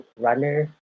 Runner